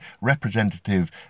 representative